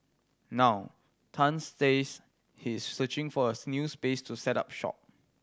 now Tan says he is searching for a new space to set up shop